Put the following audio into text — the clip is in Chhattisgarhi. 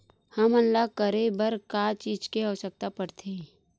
हमन ला करे बर का चीज के आवश्कता परथे?